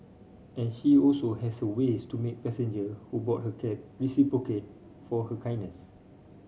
and she also has her ways to make passenger who board her cab reciprocate for her kindness